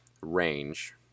range